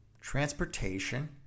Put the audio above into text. transportation